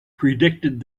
predicted